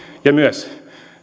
ja myös